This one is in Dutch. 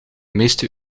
meeste